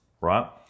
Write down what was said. right